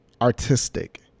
artistic